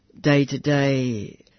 day-to-day